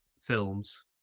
films